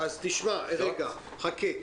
רגע, חכה.